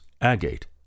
agate